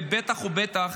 ובטח ובטח